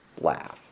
laugh